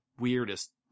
weirdest